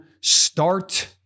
start